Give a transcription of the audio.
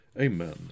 amen